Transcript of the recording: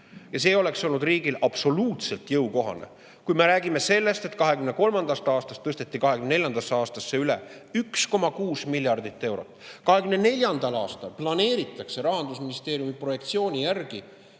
Ja see oleks olnud riigile absoluutselt jõukohane, kui me räägime sellest, et 2023. aastast tõsteti 2024. aastasse üle 1,6 miljardit eurot ning 2024. aastal planeeritakse Rahandusministeeriumi projektsiooni järgi